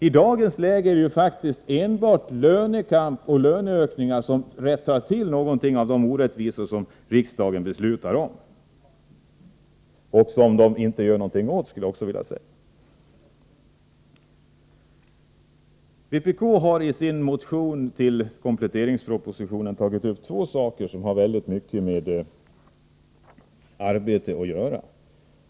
I dagens läge är det faktiskt enbart lönekamp och löneökningar som rättar till de orättvisor riksdagen beslutar om eller som man inte gör någonting åt från riksdagens sida. Vpk har i sin motion till kompletteringspropositionen tagit upp två saker som har mycket med arbete att göra.